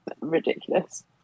ridiculous